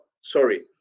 sorry